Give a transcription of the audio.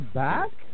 back